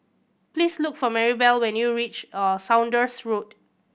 please look for Maribel when you reach Saunders Road